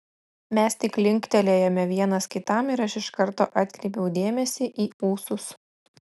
mes tik linktelėjome vienas kitam ir aš iš karto atkreipiau dėmesį į ūsus